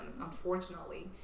unfortunately